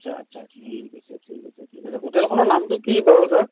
আচ্ছা আচ্ছা ঠিক আছে ঠিক আছে ঠিক আছে হোটেলখনৰ নামটো কি বাৰু ছাৰ